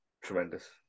Tremendous